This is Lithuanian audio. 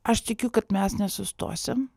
aš tikiu kad mes nesustosim